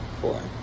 four